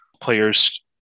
players